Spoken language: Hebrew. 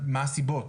מה הסיבות.